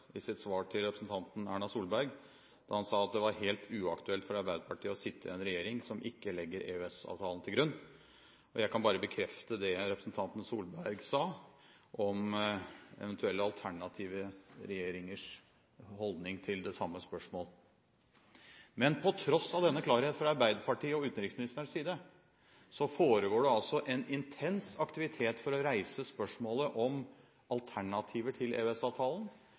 i sitt svar til representanten Erna Solberg da han sa at det var helt uaktuelt for Arbeiderpartiet å sitte i en regjering som ikke legger EØS-avtalen til grunn. Jeg kan bare bekrefte det representanten Solberg sa om eventuelle alternative regjeringers holdning til det samme spørsmål. Men på tross av denne klarhet fra Arbeiderpartiet og utenriksministerens side foregår det altså en intens aktivitet for å reise spørsmålet om alternativer til